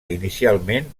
inicialment